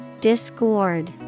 discord